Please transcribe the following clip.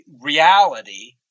reality